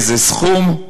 איזה סכום /